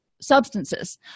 substances